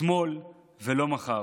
אתמול ולא מחר.